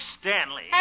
Stanley